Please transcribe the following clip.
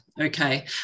Okay